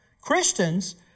Christians